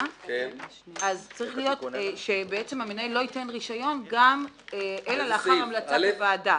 צריך להיות שהמנהל לא ייתן רישיון אלא לאחר המלצת הוועדה.